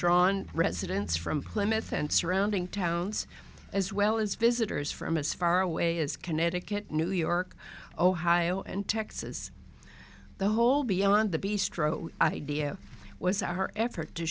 drawn residents from plymouth and surrounding towns as well as visitors from as far away as connecticut new york ohio and texas the whole beyond the beast row idea was our effort to